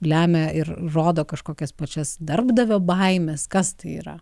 lemia ir rodo kažkokias pačias darbdavio baimes kas tai yra